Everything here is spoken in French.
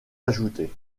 ajouté